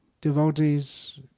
devotees